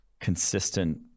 consistent